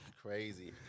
Crazy